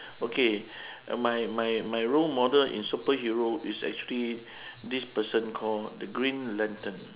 okay my my my role model in superhero is actually this person call the green lantern